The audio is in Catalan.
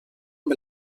amb